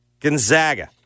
Gonzaga